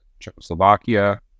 Czechoslovakia